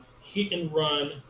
hit-and-run